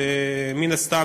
ומן הסתם,